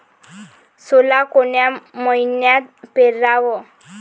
सोला कोन्या मइन्यात पेराव?